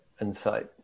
insight